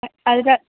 അതിന്